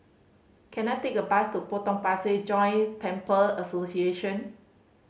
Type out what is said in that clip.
can I take a bus to Potong Pasir Joint Temple Association